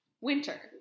winter